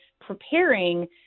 preparing